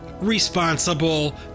responsible